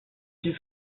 西侧